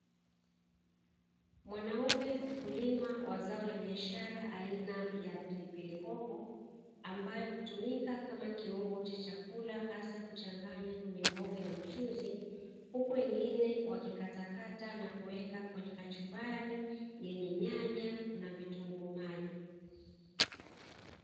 Mwanaume mkulima wa zao la biashara aina ya pilipili hoho ambayo hutumika kama kiungo cha chakula hasa kuchanganya kwenye mboga ya mchuzi, huku wengine wakikatakata na kuweka kwenye kachumbari, yenye nyanya na vitunguu maji.